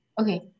Okay